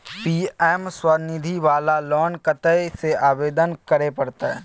PM Svanidhi वाला loan कत्ते से आवेदन करे परतै?